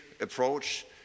approach